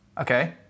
Okay